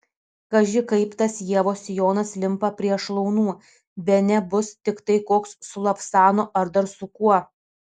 kaži kaip tas ievos sijonas limpa prie šlaunų bene bus tiktai koks su lavsanu ar dar su kuo